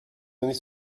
donner